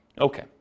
Okay